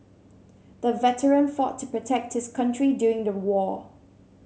the veteran fought to protect his country during the war